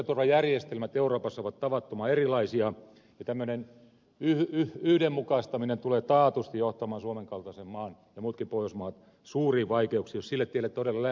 sosiaaliturvajärjestelmät euroopassa ovat tavattoman erilaisia ja tämmöinen yhdenmukaistaminen tulee taatusti johtamaan suomen kaltaisen maan ja muutkin pohjoismaat suuriin vaikeuksiin jos sille tielle todella lähdettäisiin